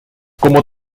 como